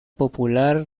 popular